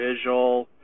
visual